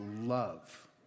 love